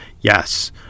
Yes